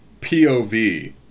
pov